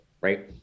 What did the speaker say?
right